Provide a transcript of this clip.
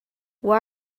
why